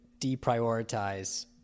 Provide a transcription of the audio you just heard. deprioritize